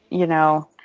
you know,